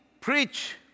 preach